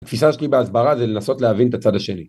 התפיסה שלי בהסברה זה לנסות להבין את הצד השני